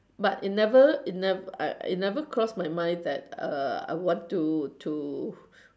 but it never it nev~ I it never cross my mind that err I want to to